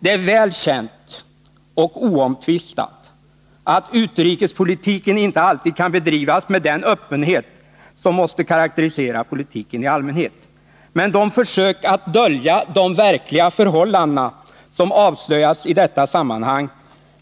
Det är väl känt och oomtvistat att utrikespolitiken inte alltid kan bedrivas med den öppenhet som måste karakterisera politiken iallmänhet. Men de försök att dölja de verkliga förhållandena som avslöjats i detta sammanhang